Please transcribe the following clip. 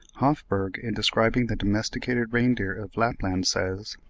hoffberg, in describing the domesticated reindeer of lapland says,